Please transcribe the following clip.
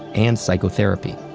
and psychotherapy.